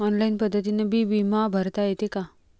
Online पद्धतीनं बी बिमा भरता येते का?